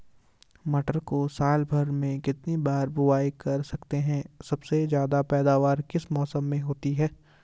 मटर को साल भर में कितनी बार बुआई कर सकते हैं सबसे ज़्यादा पैदावार किस मौसम में होती है?